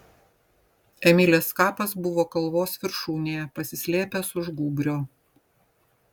emilės kapas buvo kalvos viršūnėje pasislėpęs už gūbrio